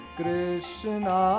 Krishna